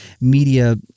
media